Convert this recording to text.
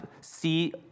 see